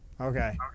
Okay